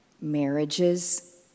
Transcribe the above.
marriages